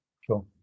Sure